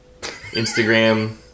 Instagram